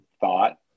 thought